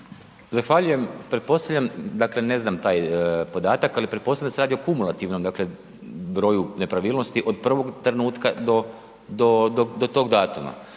Zahvaljujem. Pretpostavljam, dakle, ne znam taj podatak, ali pretpostavljam da se radi o kumulativnom, dakle, broju nepravilnosti od prvog trenutka do tog datuma.